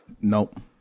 nope